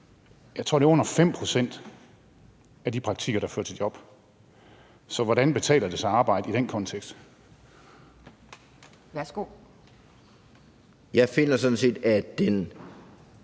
Jeg tror, at det er under 5 pct. af de praktikker, der fører til job, så hvordan betaler det sig at arbejde i den kontekst?